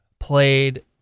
played